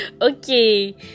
Okay